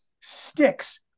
sticks